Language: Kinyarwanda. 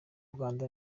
rwanda